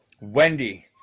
Wendy